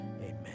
Amen